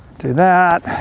do that.